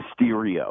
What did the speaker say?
Mysterio